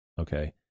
Okay